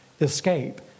escape